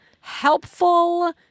helpful